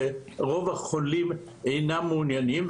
ורוב החולים אינם מעוניינים,